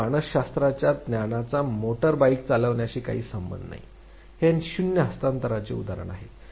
तर मानसशास्त्राच्या ज्ञानाचा मोटर बाइक चालविण्याशी काही संबंध नाही हे शून्य हस्तांतरणाचे उदाहरण आहे